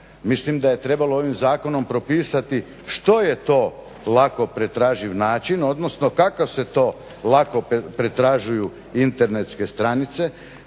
Mislim da je trebalo ovim zakonom propisati što je to lako pretraživ način, odnosno kakav se lako pretražuju internetske stranice.